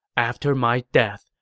after my death,